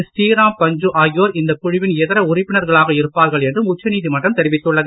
ஸ்ரீராம் பஞ்சு ஆகியோர் இந்தக் குழுவின் உறுப்பினர்களாக இருப்பார்கள் என்றும் உச்சநீதிமன்றம் திதர தெரிவித்துள்ளது